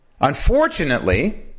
Unfortunately